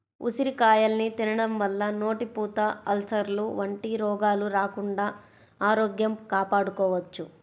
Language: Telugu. ఉసిరికాయల్ని తినడం వల్ల నోటిపూత, అల్సర్లు వంటి రోగాలు రాకుండా ఆరోగ్యం కాపాడుకోవచ్చు